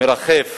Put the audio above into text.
מרחף